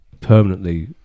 permanently